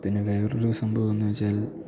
പിന്നെ വേറൊരു സംഭവമെന്ന് വെച്ചാൽ